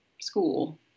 school